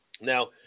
Now